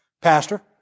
Pastor